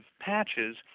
patches